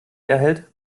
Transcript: erhält